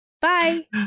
Bye